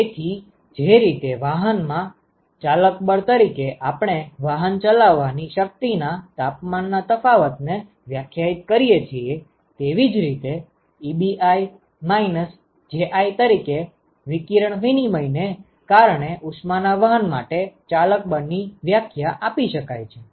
તેથી જે રીતે વાહનમાં ચાલક બળ તરીકે આપણે વાહન ચલાવવાની શક્તિના તાપમાનના તફાવતને વ્યાખ્યાયિત કરીએ છીએ તેવીજ રીતે Ebi Ji તરીકે વિકિરણ વિનિમય ને કારણે ઉષ્મા ના વહન માટે ચાલક બળ ની વ્યાખ્યા આપી શકાય છે